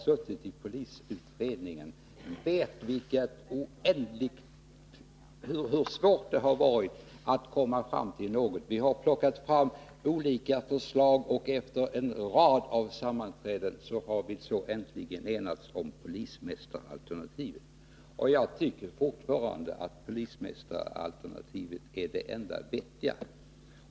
Vi i polisutredningen vet hur svårt det har varit att uppnå lösningar. Vi har plockat fram olika förslag, och efter en rad sammanträden har vi äntligen enats om polismästaralternativet. Jag tycker fortfarande att det är det enda vettiga alternativet.